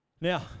Now